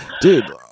Dude